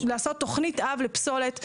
לעשות תוכנית אב לפסולת.